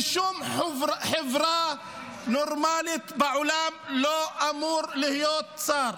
בשום חברה נורמלית בעולם הוא לא אמור להיות שר.